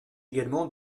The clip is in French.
également